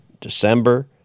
December